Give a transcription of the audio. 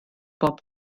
bob